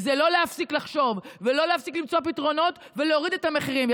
זה לא להפסיק לחשוב ולא להפסיק למצוא פתרונות ולהוריד את המחירים.